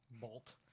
Bolt